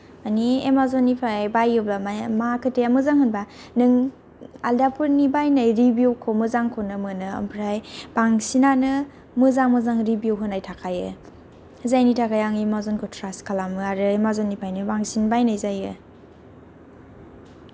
मानि एमाजननिफ्राय बायोब्ला मा मा खोथाया मोजां होनब्ला नों आलदाफोरनि बायनाय रिभिउखौ मोजांखौनो मोनो आमफ्राय बांसिनानो मोजां मोजां रिभिउ होनाय थाखायो जायनि थाखाय आं एमेजनखौ ट्राष्ट खालामो आरो एमेजननिफ्रायनो बांसिन बायनाय जायो